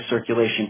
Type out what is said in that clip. circulation